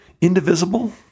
Indivisible